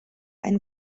ein